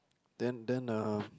then then uh